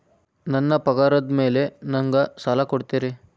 ನನ್ನ ಪಗಾರದ್ ಮೇಲೆ ನಂಗ ಸಾಲ ಕೊಡ್ತೇರಿ?